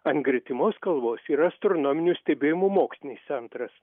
ant gretimos kalvos yra astronominių stebėjimų mokslinis centras